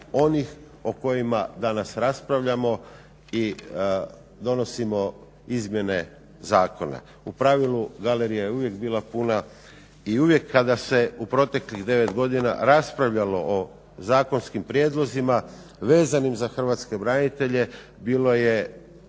onih o kojima danas raspravljamo i donosimo izmjene zakona? U pravilu galerija je uvijek bila puna i uvijek kada se u proteklih 9 godina raspravljalo o zakonskim prijedlozima vezanim za hrvatske branitelje bilo je